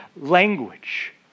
language